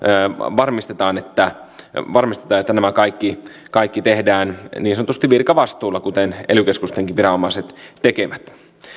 varmistetaan että nämä kaikki kaikki tehdään niin sanotusti virkavastuulla kuten ely keskustenkin viranomaiset tekevät